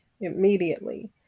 immediately